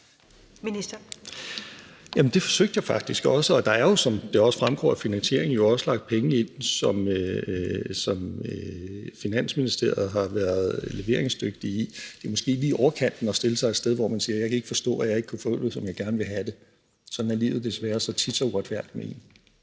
det forsøgte jeg faktisk også, og der er jo, som det også fremgår af finansieringen, også lagt penge ind, som Finansministeriet har været leveringsdygtige i. Det er måske lige i overkanten at stille sig et sted, hvor man siger: Jeg kan ikke forstå, at jeg ikke kunne få det, som jeg gerne ville have det. Sådan er livet desværre tit så uretfærdigt ved en.